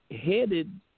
headed